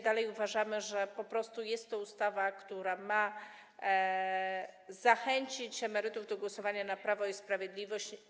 Dalej uważamy, że po prostu jest to ustawa, która ma zachęcić emerytów do głosowania na Prawo i Sprawiedliwość.